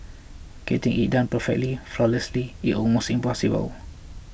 getting it done perfectly flawlessly is almost impossible